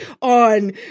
On